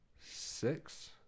six